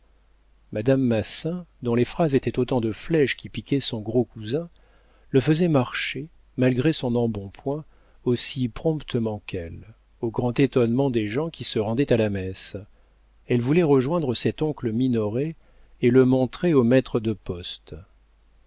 massin dont les phrases étaient autant de flèches qui piquaient son gros cousin le faisait marcher malgré son embonpoint aussi promptement qu'elle au grand étonnement des gens qui se rendaient à la messe elle voulait rejoindre cet oncle minoret et le montrer au maître de poste